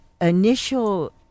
initial